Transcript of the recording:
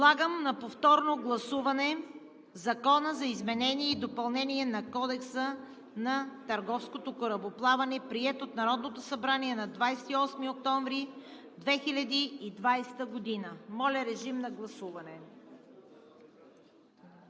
Подлагам на повторно гласуване Закона за изменение и допълнение на Кодекса на търговското корабоплаване, приет от Народното събрание на 28 октомври 2020 г. Колегите, които участват